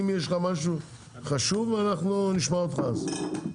אם יש לך משהו חשוב אנחנו נשמע אותך אז.